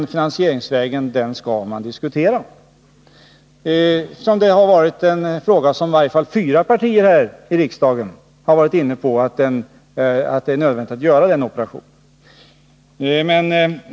Jag anser fortfarande att man skall diskutera den här finansieringsvägen. I varje fall fyra partier här i riksdagen har ju varit inne på att det är nödvändigt att göra den operationen.